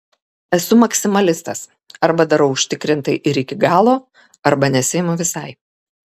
esu maksimalistas arba darau užtikrintai ir iki galo arba nesiimu visai